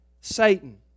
Satan